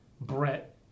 Brett